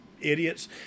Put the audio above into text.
idiots